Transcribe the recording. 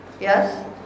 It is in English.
Yes